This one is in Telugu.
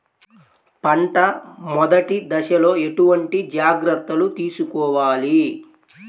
పంట మెదటి దశలో ఎటువంటి జాగ్రత్తలు తీసుకోవాలి?